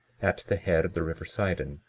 at the head of the river sidon,